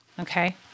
Okay